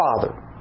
Father